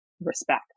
respect